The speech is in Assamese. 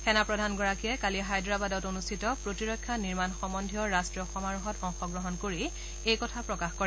সেনাপ্ৰধানগৰাকীয়ে কালি হায়দৰাবাদত অনুষ্ঠিত প্ৰতিৰক্ষা নিৰ্মাণ সহ্বদ্বীয় ৰাট্টীয় সমাৰোহত অংশগ্ৰহণ কৰি এই কথা প্ৰকাশ কৰে